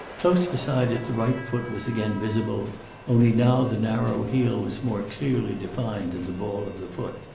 close beside it the right foot was again visible only now the narrow heel was more clearly defined than the ball of the foot.